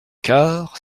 quart